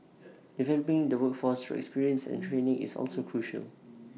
developing the workforce through experience and training is also critical